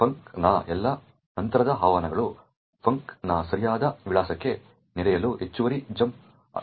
ಫಂಕ್ನ ಎಲ್ಲಾ ನಂತರದ ಆಹ್ವಾನಗಳು ಫಂಕ್ನ ಸರಿಯಾದ ವಿಳಾಸಕ್ಕೆ ನೆಗೆಯಲು ಹೆಚ್ಚುವರಿ ಜಂಪ್ ಅಗತ್ಯವಿದೆ